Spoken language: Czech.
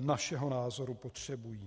našeho názoru potřebují.